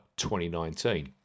2019